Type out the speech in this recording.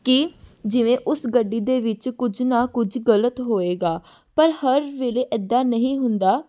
ਕਿ ਜਿਵੇਂ ਉਸ ਗੱਡੀ ਦੇ ਵਿੱਚ ਕੁਝ ਨਾ ਕੁਝ ਗਲਤ ਹੋਏਗਾ ਪਰ ਹਰ ਵੇਲੇ ਇੱਦਾਂ ਨਹੀਂ ਹੁੰਦਾ